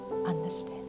Understand